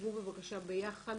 תשבו בבקשה ביחד,